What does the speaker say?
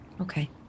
Okay